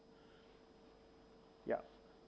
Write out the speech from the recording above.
yup